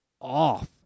off